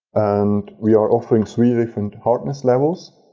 and we are offering three different hardness levels.